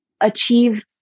achieve